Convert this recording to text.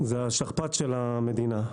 זה השכפ"ץ של המדינה.